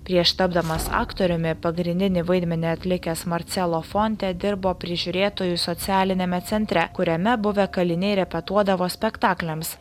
prieš tapdamas aktoriumi pagrindinį vaidmenį atlikęs marcelo fonte dirbo prižiūrėtoju socialiniame centre kuriame buvę kaliniai repetuodavo spektakliams